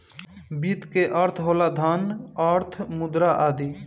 वित्त के अर्थ होला धन, अर्थ, मुद्रा आदि